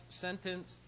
sentence